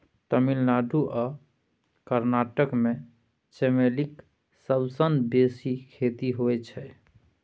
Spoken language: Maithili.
तमिलनाडु आ कर्नाटक मे चमेलीक सबसँ बेसी खेती होइ छै